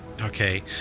okay